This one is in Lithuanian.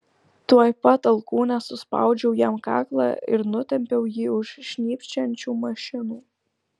tuoj pat alkūne suspaudžiau jam kaklą ir nutempiau jį už šnypščiančių mašinų